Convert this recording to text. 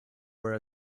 were